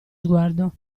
sguardo